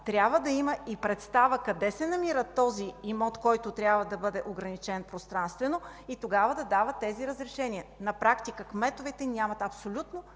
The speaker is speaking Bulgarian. трябва да има представа къде се намира този имот, който трябва да бъде ограничен пространствено и тогава да дава тези разрешения. На практика кметовете нямат абсолютно